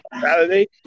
Saturday